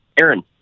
Aaron